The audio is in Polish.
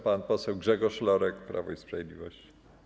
Pan poseł Grzegorz Lorek, Prawo i Sprawiedliwość.